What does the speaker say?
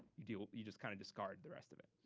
you deal, you just kind of discard the rest of it.